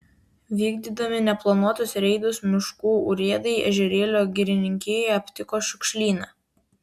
vykdydami neplanuotus reidus miškų urėdai ežerėlio girininkijoje aptiko šiukšlyną